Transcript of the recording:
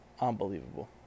Unbelievable